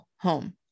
home